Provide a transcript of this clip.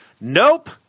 Nope